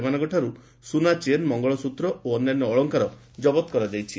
ସେମାନଙ୍କଠାରୁ ସୁନା ଚେନ୍ ମଙ୍ଗଳସୂତ୍ର ଓ ଅନ୍ୟାନ୍ୟ ଅଳଙ୍କାର ଜବତ କରାଯାଇଛି